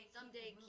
Someday